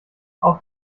auf